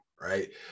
right